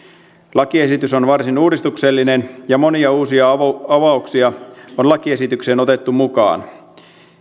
lakiesitys on varsin uudistuksellinen ja monia uusia avauksia on lakiesitykseen otettu mukaan